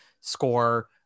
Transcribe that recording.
score